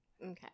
Okay